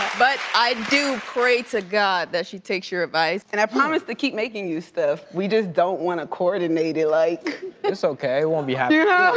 but i do pray to god that she takes your advice. and i promise to keep making you stuff, we just don't wanna coordinate it like it's okay, it